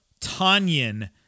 Tanyan